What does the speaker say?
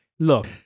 Look